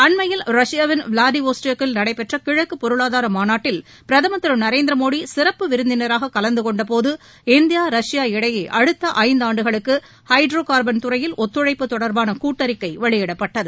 அண்மையில் ரஷ்யாவின் விளாடிவாஸ்டாக்கில் நடைபெற்றகிழக்குபொருளாதாரமாநாட்டில் பிரதமர் திருநரேந்திரமோடிசிறப்பு விருந்தினராககலந்துகொண்டபோது இந்தியா ரஷ்யா இடையே அடுத்தஐந்தாண்டுகளுக்குஹைட்ரோகார்பன் துறையில் ஒத்துழைப்பு தொடர்பானகூட்டறிக்கைவெளியிடப்பட்டது